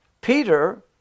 Peter